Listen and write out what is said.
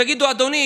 תגידו: אדוני,